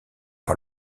par